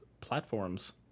platforms